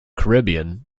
caribbean